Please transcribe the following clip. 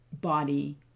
body